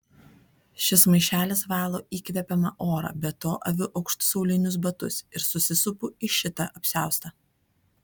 šis maišelis valo įkvepiamą orą be to aviu aukštus aulinius batus ir susisupu į šitą apsiaustą